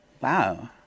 Wow